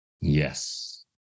Yes